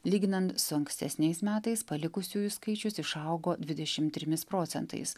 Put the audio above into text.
lyginant su ankstesniais metais palikusiųjų skaičius išaugo dvidešim trimis procentais